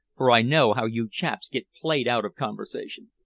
for i know how you chaps get played out of conversation.